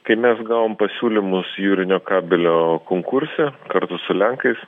kai mes gavom pasiūlymus jūrinio kabelio konkurse kartu su lenkais